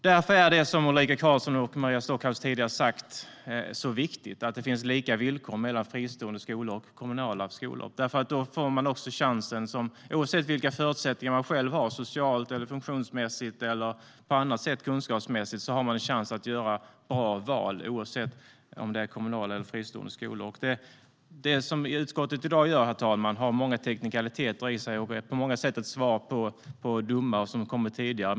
Därför är det, som Ulrika Carlsson och Maria Stockhaus tidigare sagt, så viktigt att det är lika villkor mellan fristående skolor och kommunala skolor. Oavsett vilka förutsättningar man själv har socialt, funktionsmässigt eller på andra sätt kunskapsmässigt, får man då chansen att göra bra val - oavsett om det är kommunala eller fristående skolor. Det utskottet i dag gör, herr talman, har många teknikaliteter i sig och är på många sätt ett svar på domar som har kommit tidigare.